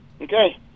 okay